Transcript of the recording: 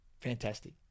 fantastic